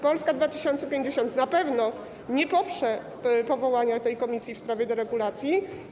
Polska 2050 na pewno nie poprze powołania tej komisji w sprawie deregulacji.